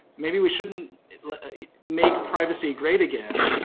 maybe we shouldn't make privacy great again,